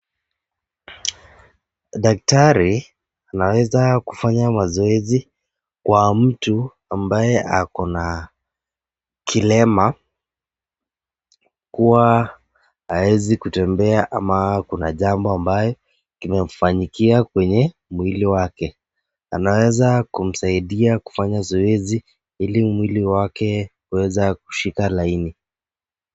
Daktari anaweza kufanya mazoezi kwa mtu ambaye ako na kilemaa kuwa hawezi kutembea ama kuna jambo ambayo kimemfanyikia kwenye mwili wake, anaweza kumsaidia kufanya zoezi ili mwili wake kuweza kushika laini.